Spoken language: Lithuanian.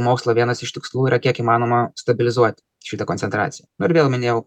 mokslo vienas iš tikslų yra kiek įmanoma stabilizuoti šitą koncentraciją na ir vėl minėjau